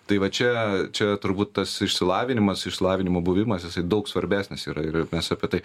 tai va čia čia turbūt tas išsilavinimas išsilavinimo buvimas jisai daug svarbesnis yra ir mes apie tai